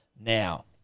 Now